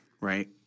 Right